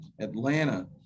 Atlanta